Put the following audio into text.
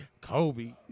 Kobe